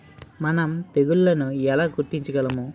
మనం తెగుళ్లను ఎలా గుర్తించగలం?